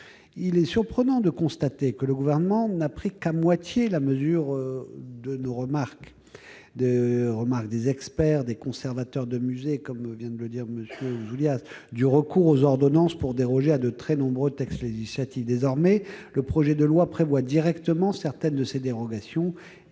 Il est surprenant de constater que le Gouvernement n'a pris qu'à moitié la mesure de nos remarques, des remarques des experts et des conservateurs de musée, comme vient de le dire M. Ouzoulias, et qu'il recoure aux ordonnances pour déroger à de très nombreux textes législatifs. Désormais, le projet de loi prévoit directement certaines de ces dérogations, mais